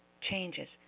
changes